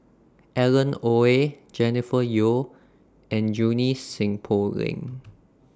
Alan Oei Jennifer Yeo and Junie Sng Poh Leng